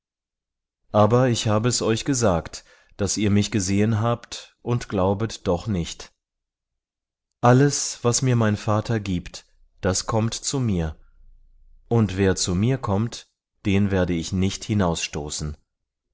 aber ich habe es euch gesagt daß ihr mich gesehen habt und glaubet doch nicht alles was mir mein vater gibt das kommt zu mir und wer zu mir kommt den werde ich nicht